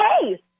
hey